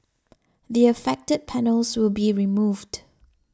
the affected panels will be removed